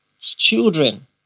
children